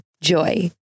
JOY